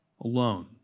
alone